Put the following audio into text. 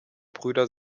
brüder